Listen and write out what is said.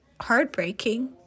heartbreaking